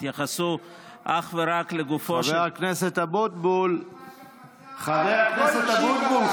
התייחסו אך ורק לגופו של, חבר הכנסת אבוטבול.